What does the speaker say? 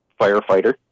firefighter